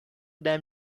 them